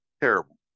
Terrible